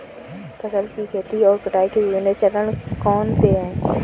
फसल की खेती और कटाई के विभिन्न चरण कौन कौनसे हैं?